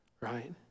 right